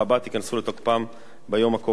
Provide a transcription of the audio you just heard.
ייכנסו לתוקפם ביום הקובע.